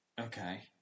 Okay